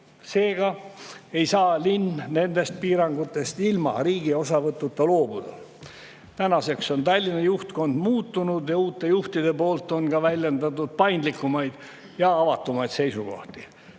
seega ei saa linn nendest piirangutest ilma riigi osavõtuta loobuda. Tänaseks on Tallinna juhtkond muutunud ning uued juhid on väljendatud paindlikumaid ja avatumaid seisukohti.